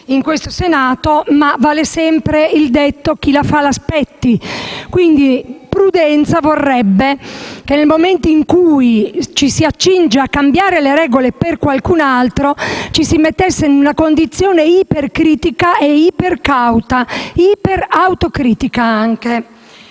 in questo Senato. Ma vale sempre il detto: chi la fa l'aspetti. Quindi, prudenza vorrebbe che, nel momento in cui ci si accinge a cambiare le regole per qualcun'altro, ci si mettesse in una condizione ipercritica, ipercauta e anche